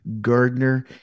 Gardner